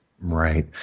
Right